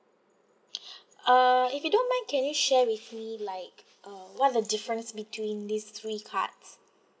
uh if you don't mind can you share with me like uh what are the difference between these three cards